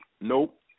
Nope